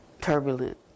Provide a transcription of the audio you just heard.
turbulent